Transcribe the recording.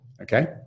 okay